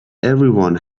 everyone